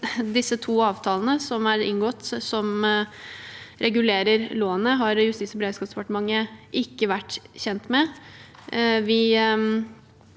De to avtalene som er inngått, og som regulerer lånet, har Justis- og beredskapsdepartementet ikke vært kjent med. Vi